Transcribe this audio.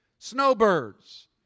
Snowbirds